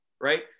right